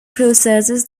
processes